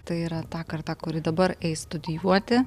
tai yra ta karta kuri dabar eis studijuoti